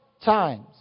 times